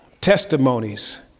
testimonies